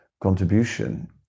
contribution